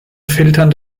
filtern